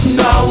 no